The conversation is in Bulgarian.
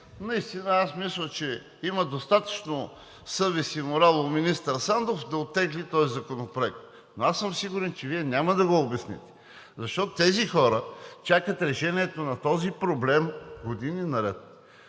наистина, аз мисля, че има достатъчно съвест и морал у министър Сандов да оттегли този законопроект. Но аз съм сигурен, че Вие няма да му обясните, защото тези хора чакат решението на този проблем години наред,